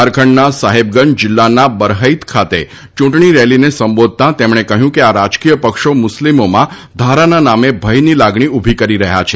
ઝારખંડના સાહેબગંજ જીલ્લાના બરહૈઇત ખાતે ચૂંટણી રેલીને સંબોધતાં તેમણે કહ્યું કે આ રાજકીય પક્ષો મુસ્લિમોમાં ધારાના નામે ભયની લાગણી ઉભી કરી રહ્યા છે